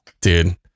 dude